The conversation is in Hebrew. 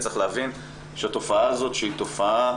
צריך להבין שהתופעה הזאת, שהיא תופעה